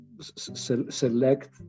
select